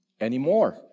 anymore